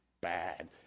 bad